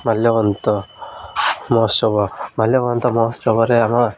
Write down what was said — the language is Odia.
ମାଲ୍ୟବନ୍ତ ମହୋତ୍ସବ ମାଲ୍ୟବନ୍ତ ମହୋତ୍ସବରେ ଆମ